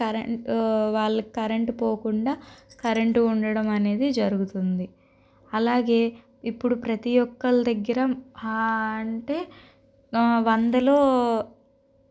current వాళ్ళు current పోకుండా current ఉండడం అనేది జరుగుతుంది అలాగే ఇప్పుడు ప్రతి ఒక్కళ్ళ దగ్గర అంటే వందలో